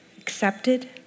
accepted